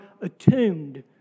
attuned